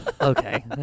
Okay